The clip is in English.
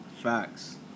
Facts